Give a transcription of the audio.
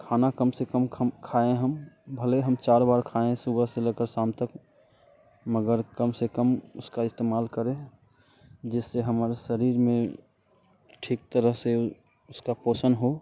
खाना कम से कम कम खाएं हम भले हम चार बार खाएं सुबह से लेकर शाम तक मगर कम से कम उसका इस्तेमाल करें जिससे हमारा शरीर में ठीक तरह से उसका पोषण हो